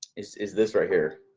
is is this right here.